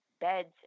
beds